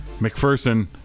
McPherson